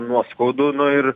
nuoskaudų nu ir